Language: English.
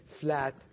Flat